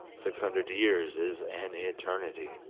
six hundred years is an eternity